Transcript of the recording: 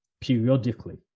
periodically